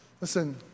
Listen